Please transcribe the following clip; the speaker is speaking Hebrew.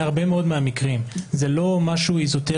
זה קורה בהרבה מקרים, זה לא משהו אזוטרי